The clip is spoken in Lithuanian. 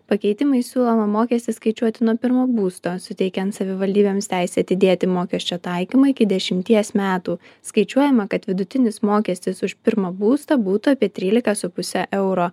pakeitimais siūloma mokestį skaičiuoti nuo pirmo būsto suteikiant savivaldybėms teisę atidėti mokesčio taikymą iki dešimties metų skaičiuojama kad vidutinis mokestis už pirmą būstą būtų apie trylika su puse euro